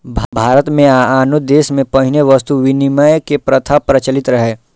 भारत मे आ आनो देश मे पहिने वस्तु विनिमय के प्रथा प्रचलित रहै